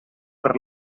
per